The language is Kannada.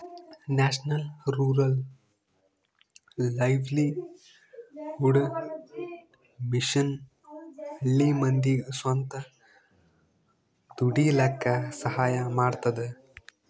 national rural livelihood mission ಹಳ್ಳಿ ಮಂದಿಗ್ ಸ್ವಂತ ದುಡೀಲಕ್ಕ ಸಹಾಯ ಮಾಡ್ತದ